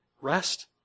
rest